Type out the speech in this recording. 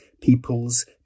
people's